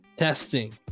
Testing